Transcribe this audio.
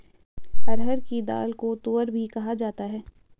अरहर की दाल को तूअर भी कहा जाता है